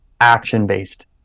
action-based